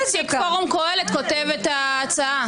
ככה זה כשנציג פורום קהלת כותב את ההצעה.